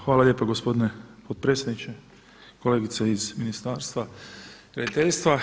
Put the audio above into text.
Hvala lijepa gospodine potpredsjedniče, kolegice iz ministarstva graditeljstva.